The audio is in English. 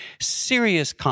serious